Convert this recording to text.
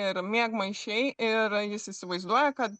ir miegmaišiai ir jis įsivaizduoja kad